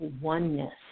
oneness